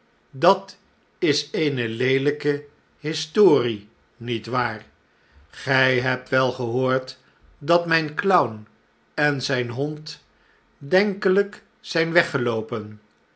dat is eene leelijke historie niet waar gij hebt wel gehoord dat myn clown en zijn hond denkelijk zijn weggeloopen